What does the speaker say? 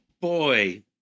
boy